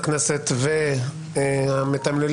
נעולה.